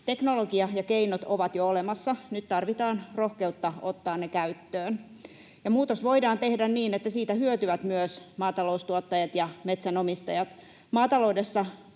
Teknologia ja keinot ovat jo olemassa, ja nyt tarvitaan rohkeutta ottaa ne käyttöön. Muutos voidaan tehdä niin, että siitä hyötyvät myös maataloustuottajat ja metsänomistajat. Maataloudessa